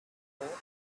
thought